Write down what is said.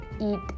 eat